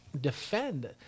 defend